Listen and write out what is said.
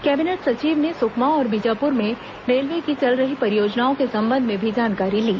cabinet सचिव ने सुकमा और बीजापुर में रेलवे की चल रही परियोजनाओं के संबंध में भी जानकारी ली